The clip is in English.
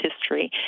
history